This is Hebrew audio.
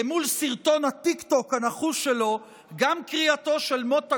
למול סרטון הטיקטוק הנחוש שלו גם קריאתו של מוטה